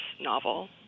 novel